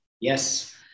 Yes